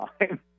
time